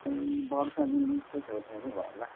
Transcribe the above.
यस्तै वर्ष दिनको छेउछाउ चाहिँ भयो होला